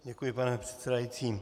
Děkuji, pane předsedající.